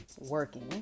Working